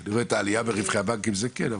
אני רואה את העלייה ברווחי הבנקים זה כן,